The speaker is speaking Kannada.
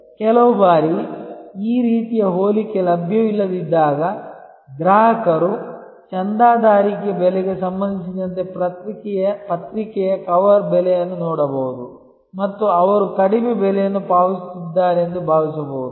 ಕೆಲವು ಬಾರಿ ಈ ರೀತಿಯ ಹೋಲಿಕೆ ಲಭ್ಯವಿಲ್ಲದಿದ್ದಾಗ ಗ್ರಾಹಕರು ಚಂದಾದಾರಿಕೆ ಬೆಲೆಗೆ ಸಂಬಂಧಿಸಿದಂತೆ ಪತ್ರಿಕೆಯ ಕವರ್ ಬೆಲೆಯನ್ನು ನೋಡಬಹುದು ಮತ್ತು ಅವರು ಕಡಿಮೆ ಬೆಲೆಯನ್ನು ಪಾವತಿಸುತ್ತಿದ್ದಾರೆಂದು ಭಾವಿಸಬಹುದು